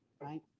right